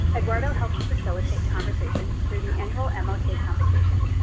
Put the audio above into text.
eduardo helped facilitate conversation through the annual and mlk convocation.